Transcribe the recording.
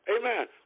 amen